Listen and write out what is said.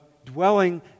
dwelling